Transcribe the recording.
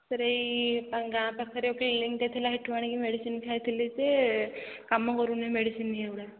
sir ଏଇ ଗାଁ ପାଖରେ କ୍ଲିନିକ୍ଟେ ଥିଲା ସେଇଠୁ ଆଣିକି ମେଡ଼ିସିନ୍ ଖାଇଥିଲି ଯେ କାମ କରୁନି ମେଡ଼ିସିନ୍ ଇଏଗୁଡ଼ା